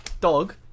Dog